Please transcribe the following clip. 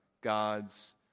God's